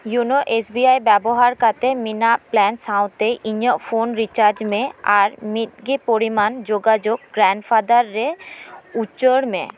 YONO S B I ᱵᱮᱵᱚᱦᱟᱨ ᱠᱟᱛᱮᱫ ᱢᱮᱱᱟᱜ ᱯᱞᱟᱱ ᱥᱟᱶᱛᱮ ᱤᱧᱟᱹᱜ ᱯᱷᱳᱱ ᱨᱤᱪᱟᱡᱽ ᱢᱮ ᱟᱨ ᱢᱤᱫᱜᱮ ᱯᱚᱨᱤᱢᱟᱱ ᱡᱳᱜᱟᱡᱳᱜᱽ ᱜᱨᱟᱱᱰᱯᱷᱟᱫᱟᱨ ᱨᱮ ᱩᱪᱟᱹᱲ ᱢᱮ